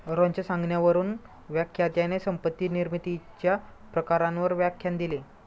रोहनच्या सांगण्यावरून व्याख्यात्याने संपत्ती निर्मितीच्या प्रकारांवर व्याख्यान दिले